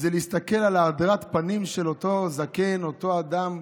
זה להסתכל על הדרת הפנים של אותו זקן, אותו אדם.